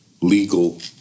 legal